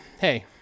Hey